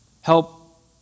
help